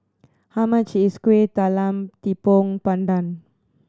how much is Kueh Talam Tepong Pandan